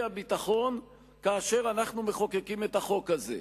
הביטחון כאשר אנחנו מחוקקים את החוק הזה.